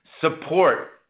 support